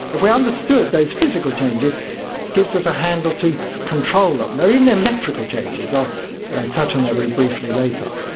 if we understood those physical changes, it gives us a handle to control them. there are even electrical changes. i'll touch on that very briefly later.